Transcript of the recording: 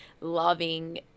loving